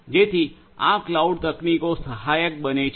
જેથી આ ક્લાઉડ તકનીકો સહાયક બને છે